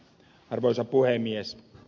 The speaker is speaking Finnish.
arvoisa puhemies